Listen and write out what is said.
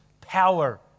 power